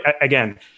again